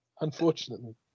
Unfortunately